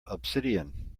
obsidian